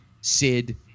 Sid